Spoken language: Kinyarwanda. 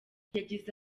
yagize